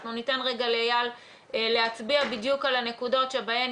אנחנו ניתן לאייל להצביע בדיוק על הנקודות שבהן